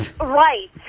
Right